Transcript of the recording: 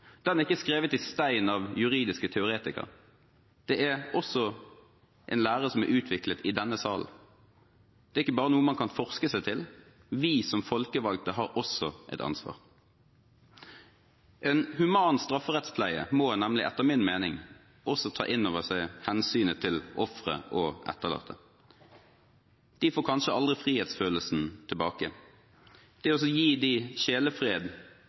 Den er ikke skrevet i stein av juridiske teoretikere, det er også en lære som er utviklet i denne salen. Det er ikke bare noe man kan forske seg til. Vi som folkevalgte har også et ansvar. En human strafferettspleie må nemlig, etter min mening, også ta inn over seg hensynet til offeret og de etterlatte. De får kanskje aldri frihetsfølelsen tilbake. Det å gi dem sjelefred i noen år ekstra har betydning. At de